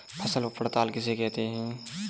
फसल पड़ताल किसे कहते हैं?